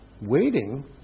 Waiting